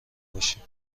باشین